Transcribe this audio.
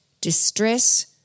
distress